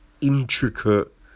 intricate